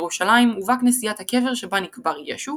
ירושלים ובה כנסיית הקבר שבה נקבר ישו